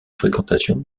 fréquentation